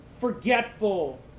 forgetful